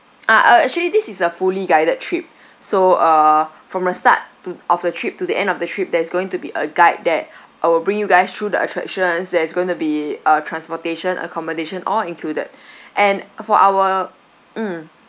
ah uh actually this is a fully guided trip so uh from the start to of the trip to the end of the trip there is going to be a guide that uh will bring you guys through the attractions there's going to be uh transportation accommodation all included and for our mm